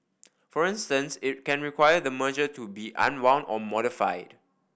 for instance it can require the merger to be unwound or modified